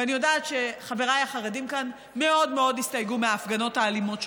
ואני יודעת שחבריי החרדים כאן מאוד מאוד הסתייגו מההפגנות האלימות שלהם,